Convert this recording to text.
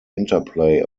interplay